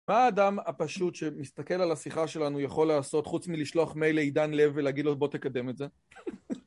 מה האדם הפשוט שמסתכל על השיחה שלנו יכול לעשות חוץ מלשלוח מייל לעידן לב ולהגיד לו בוא תקדם את זה?